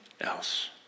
else